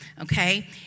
okay